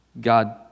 God